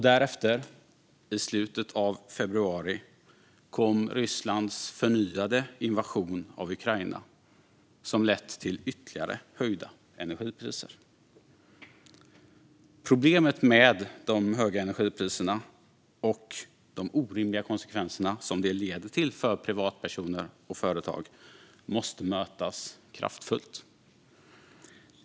Därefter, i slutet av februari, kom Rysslands förnyade invasion av Ukraina, som lett till ytterligare höjda energipriser. Problemet med de höga energipriserna och de orimliga konsekvenser dessa leder till för privatpersoner och företagare måste mötas kraftfullt.